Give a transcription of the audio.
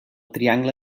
triangle